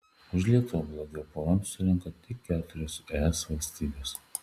už lietuvą blogiau pvm surenka tik keturios es valstybės